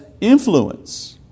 influence